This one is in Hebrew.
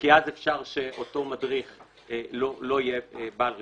כי אז אפשר שאותו מדריך לא יהיה בעל רישיון.